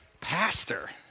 pastor